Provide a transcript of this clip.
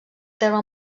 terme